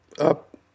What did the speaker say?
up